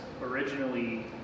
originally